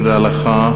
תודה לך.